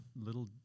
little